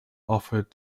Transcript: offered